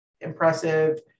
impressive